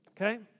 Okay